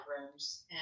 rooms